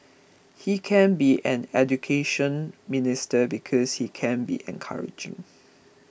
he can be an Education Minister because he can be encouraging